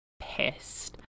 pissed